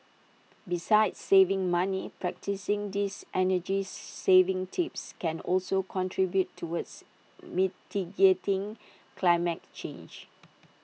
besides saving money practising these energy saving tips can also contribute towards mitigating climate change